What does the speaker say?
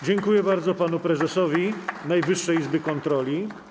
Dziękuję bardzo panu prezesowi Najwyższej Izby Kontroli.